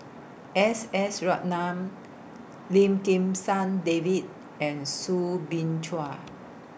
S S Ratnam Lim Kim San David and Soo Bin Chua